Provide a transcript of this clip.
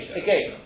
again